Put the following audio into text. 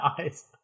eyes